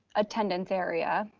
attendance area.